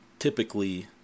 Typically